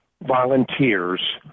volunteers